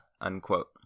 unquote